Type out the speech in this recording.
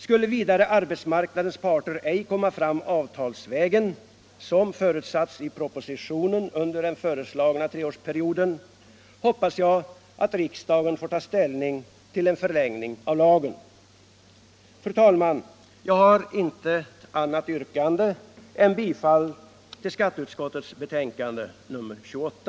Skulle vidare arbetsmarknadens parter under den föreslagna treårsperioden ej komma fram avtalsvägen, som förutsatts i propositionen, hoppas jag att riksdagen får ta ställning till en förlängning av lagen. Fru talman! Jag har intet annat yrkande än bifall till skatteutskottets betänkande nr 28.